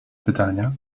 pytania